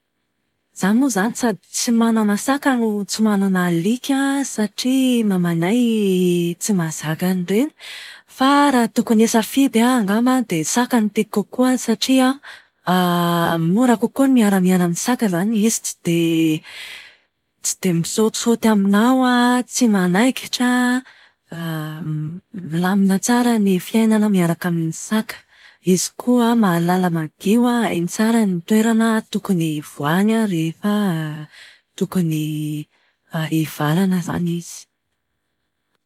Zaho moa zany sady tsy manana saka no tsy manana alika satria mamanay tsy mahazaka an'ireny. Fa raha tokony hisafidy aho angamba dia saka no tiako kokoa satria mora kokoa ny miara-miaina amin'ny saka izany. Izy tsy dia tsy dia misaotisaoty aminao, tsy manaikitra, milamina tsara ny fiainana miaraka amin'ny saka. Izy koa mahalala madio an, hainy tsara ny toerana tokony hivoahany rehefa tokony hivalana zany izy.